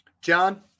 John